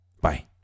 Bye